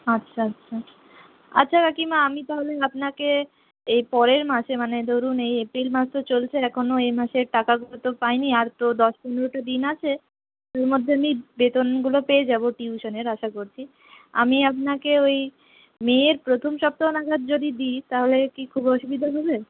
আচ্ছা আচ্ছা আচ্ছা কাকিমা আমি তাহলে আপনাকে এই পরের মাসে মানে ধরুন এই এপ্রিল মাস তো চলছে এখনও এই মাসের টাকাগুলো তো পাইনি আর তো দশ পনেরোটা দিন আছে তো এর মধ্যে আমি বেতনগুলো পেয়ে যাব টিউশনের আশা করছি আমি আপনাকে ওই মের প্রথম সপ্তাহ নাগাদ যদি দিই তাহলে কি খুব অসুবিধে হবে